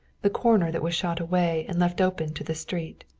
the corner that was shot away and left open to the street.